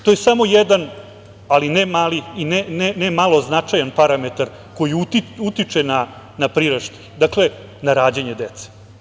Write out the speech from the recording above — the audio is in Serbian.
To je samo jedan, ali ne mali i ne malo značajan parametar koji utiče na priraštaj, na rađanje dece.